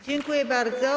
Dziękuję bardzo.